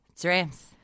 Dreams